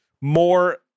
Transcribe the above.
more